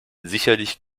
sicherlich